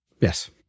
Yes